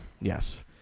Yes